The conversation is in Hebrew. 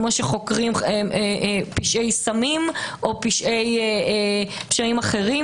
כפי שחוקרים פשעי סמים או פשעים אחרים.